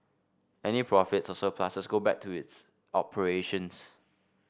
any profits or surpluses go back to its operations